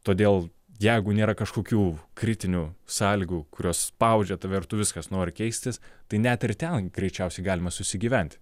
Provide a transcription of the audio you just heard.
todėl jeigu nėra kažkokių kritinių sąlygų kurios spaudžia tave ir tu viskas nori keistis tai net ir ten greičiausiai galima susigyventi